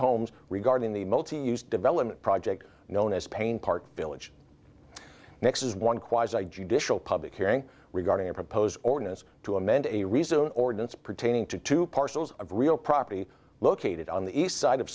homes regarding the multiuse development project known as pain park village next is one choirs i judicial public hearing regarding a proposed ordinance to amend a resume ordinance pertaining to two parcels of real property located on the east side of